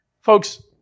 Folks